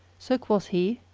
so quoth he,